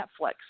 Netflix